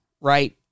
right